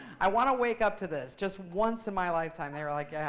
i want to wake up to this just once in my lifetime. they were like, yeah